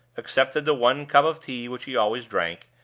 accepted the one cup of tea which he always drank,